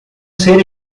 ser